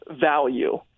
value